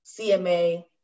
CMA